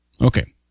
Okay